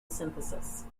synthesis